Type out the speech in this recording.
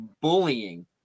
bullying